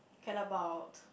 care about